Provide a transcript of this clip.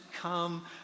come